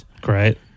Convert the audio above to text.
great